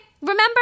Remember